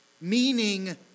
Meaning